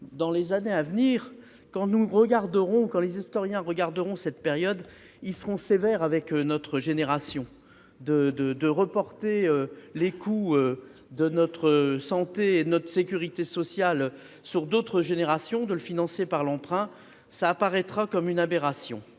conviction que, lorsque les historiens étudieront cette période, ils seront sévères avec notre génération : reporter les coûts de notre santé et de notre sécurité sociale sur d'autres générations et les financer par l'emprunt apparaîtront comme une aberration.